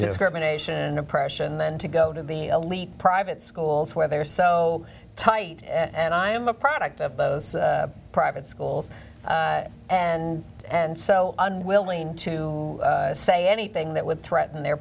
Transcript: discrimination oppression then to go to the elite private schools where they are so tight and i'm a product of those private schools and and so unwilling to say anything that would threaten their